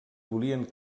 volien